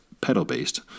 pedal-based